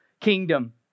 kingdom